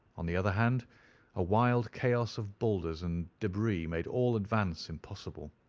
on the other hand a wild chaos of boulders and debris made all advance impossible.